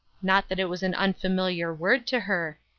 not that it was an unfamiliar word to her.